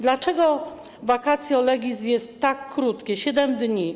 Dlaczego vacatio legis jest tak krótkie - 7 dni?